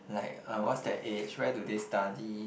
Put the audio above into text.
like uh what's their age where do they study